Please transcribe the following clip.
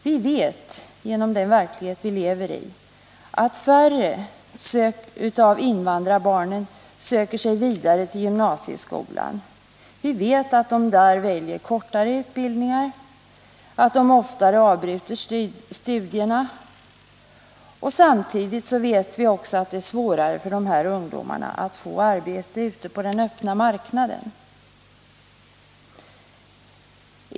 Vi vet att färre invandrarbarn söker sig vidare till gymnasieskolan. Vi vet att de där väljer kortare utbildningar, att de oftare avbryter studierna och att det är svårare för dessa ungdomar att. få arbete ute på den öppna marknaden.